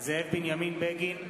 זאב בנימין בגין,